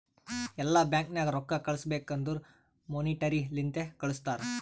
ಎಲ್ಲಾ ಬ್ಯಾಂಕ್ ನಾಗ್ ರೊಕ್ಕಾ ಕಳುಸ್ಬೇಕ್ ಅಂದುರ್ ಮೋನಿಟರಿ ಲಿಂತೆ ಕಳ್ಸುತಾರ್